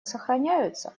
сохраняются